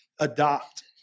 adopt